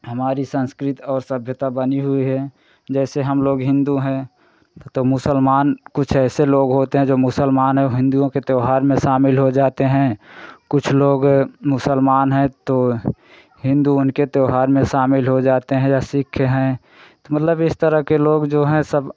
हमारी संस्कृति और सभ्यता बनी हुई है जैसे हम लोग हिन्दू हैं तो मुसलमान कुछ ऐसे लोग होते हैं जो मुसलमान और हिन्दूओं के त्यौहार में शामील हो जाते हैं कुछ लोग मुसलमान है तो हिन्दू उनके त्यौहार में शामील हो जाते हैं या सिख हैं तो मतलब इस तरह के लोग जो हैं सब